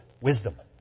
wisdom